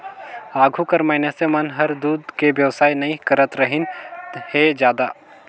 आघु कर मइनसे मन हर दूद के बेवसाय नई करतरहिन हें जादा